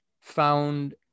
found